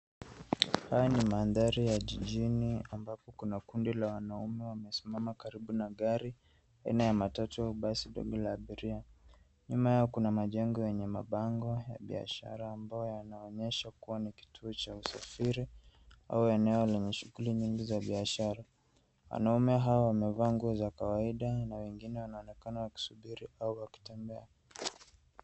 Haya ni mandhari ya jijini ambapo kuna kundi la wanaume wamesimama karibu na gari aina ya matatu au basi dogo la abiria. Nyuma yao kuna majengo yenye mabango ya biashara ambayo yanaonyesha kuwa ni kituo cha usafiri au eneo lenye shughuli nyingi za biashara. Wanaume hawa wamevaa nguo za kawaida na wengine wanaonekana wakisubiri au wakitembea.